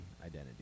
identity